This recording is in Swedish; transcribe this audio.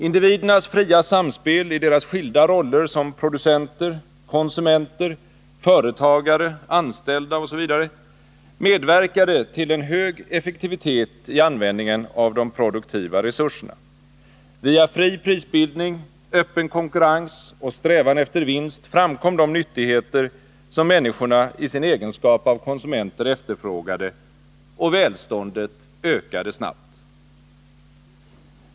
Individernas fria samspel i deras skilda roller som producenter, konsumenter, företagare, anställda etc. medverkade till en hög effektivitet i användningen av de produktiva resurserna. Via fri prisbildning, öppen konkurrens och strävan efter vinst framkom de nyttigheter som människorna i sin egenskap av konsumenter efterfrågade, och välståndet ökade snabbt.